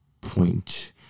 point